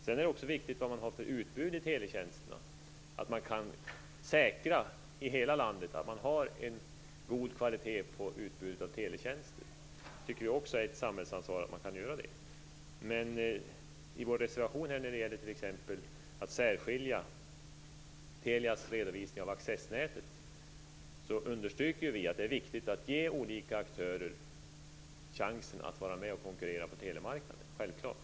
Sedan är det också viktigt vad man har för utbud av teletjänster. Jag tycker också att det är ett samhällsansvar att kunna säkra en god kvalitet på utbudet av teletjänster i hela landet. Men i vår reservation när det t.ex. gäller att särskilja Telias redovisning av accessnätet understryker vi att det är viktigt att ge olika aktörer chansen att vara med och konkurrera på telemarknaden. Det är självklart.